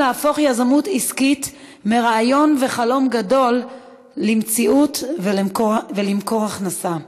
להפוך יזמות עסקית מרעיון וחלום גדול למציאות ולמקור הכנסה.